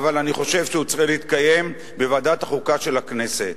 אבל אני חושב שהוא צריך להתקיים בוועדת החוקה של הכנסת.